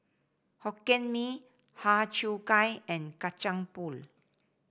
Hokkien Mee Har Cheong Gai and Kacang Pool